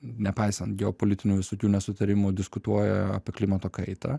nepaisant geopolitinių visokių nesutarimų diskutuoja apie klimato kaitą